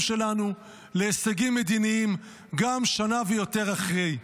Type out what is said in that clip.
שלנו להישגים מדיניים גם שנה ויותר אחרי.